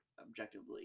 objectively